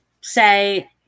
say